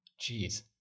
jeez